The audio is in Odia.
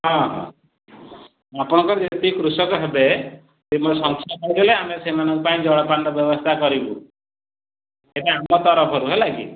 ହଁ ହଁ ଆପଣଙ୍କର ଯେତିକି କୃଷକ ହେବେ ସେମାନଙ୍କର ସଂଖ୍ୟା କହିଲେ ଆମେ ସେମାନଙ୍କ ପାଇଁ ଜଳପାନ ବ୍ୟବସ୍ଥା କରିବୁ ଏଇଟା ଆମ ତରଫରୁ ହେଲା କି